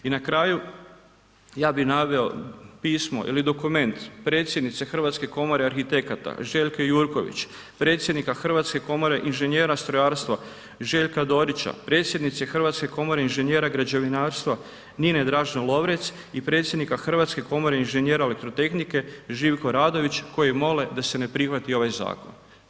I na kraju, ja bi naveo pismo ili dokument predsjednice Hrvatske komore arhitekata Željke Jurković, predsjednika Hrvatske komore inženjera strojarstva Željka Dorića, predsjednice Hrvatske komore inženjera građevinarstva Nine Dražin Lovrec i predsjednika Hrvatske komore inženjera elektrotehnike Živko Radović koji mole da se ne prihvati ovaj zakon.